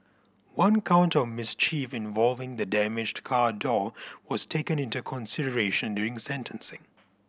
one count of mischief involving the damaged car door was taken into consideration during sentencing